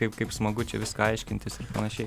kaip kaip smagu čia viską aiškintis ir panašiai